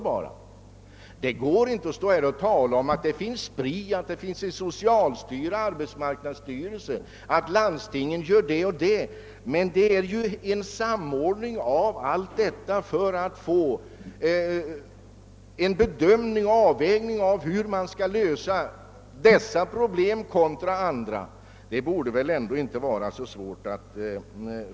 Man kan inte hänvisa till att det finns SPRI, socialstyrelse och arbetsmarknadsstyrelse och att landstingen gör det och det utan det fordras en samordning av allt detta för att få en bedömning och avvägning av hur olika problem skall lösas.